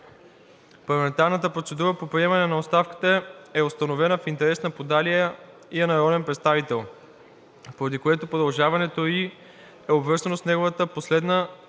„Парламентарната процедура по приемане на оставката е установена в интерес на подалия я народен представител, поради което продължаването ѝ е обвързано с неговата последна